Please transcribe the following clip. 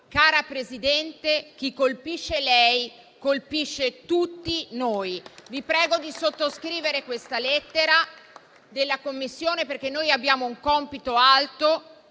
Cara Presidente, chi colpisce lei, colpisce tutti noi.». Vi prego di sottoscrivere questa lettera della Commissione perché noi abbiamo un compito alto.